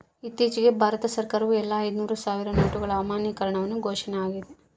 ಇತ್ತೀಚಿಗೆ ಭಾರತ ಸರ್ಕಾರವು ಎಲ್ಲಾ ಐದುನೂರು ಸಾವಿರ ನೋಟುಗಳ ಅಮಾನ್ಯೀಕರಣವನ್ನು ಘೋಷಣೆ ಆಗ್ಯಾದ